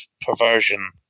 perversion